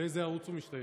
לאיזה ערוץ הוא משתייך,